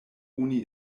oni